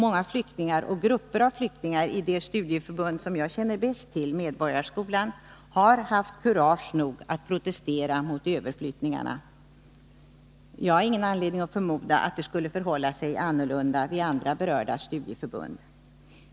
Många flyktingar och grupper av flyktingar i det studieförbund som jag känner bäst till, Medborgarskolan, har haft kurage nog att protestera mot överflyttningarna. Jag har ingen anledning att förmoda att det skulle förhålla sig annorlunda i andra berörda studieförbund.